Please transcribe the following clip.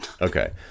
Okay